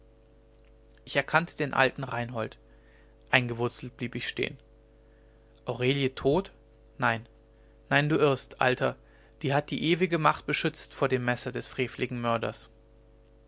ich erkannte den alten reinhold eingewurzelt blieb ich stehen aurelie tot nein nein du irrst alter die hat die ewige macht beschützt vor dem messer des freveligen mörders